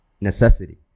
necessity